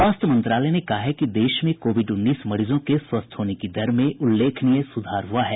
स्वास्थ्य मंत्रालय ने कहा है कि देश में कोविड उन्नीस मरीजों के स्वस्थ होने की दर में उल्लेखनीय सुधार हुआ है